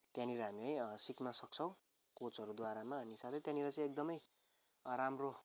त्यहाँनिर हामी है सिक्नसक्छौँ कोचहरू द्वारामा अनि सधैँ त्यहाँनिर चाहिँ एकदमै राम्रो